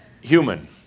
Human